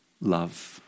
love